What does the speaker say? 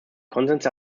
konsens